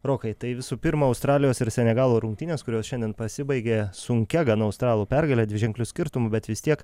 rokai tai visų pirma australijos ir senegalo rungtynės kurios šiandien pasibaigė sunkia gana australų pergale dviženkliu skirtumu bet vis tiek